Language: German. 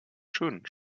schönen